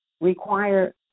require